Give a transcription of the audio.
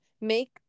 make